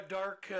dark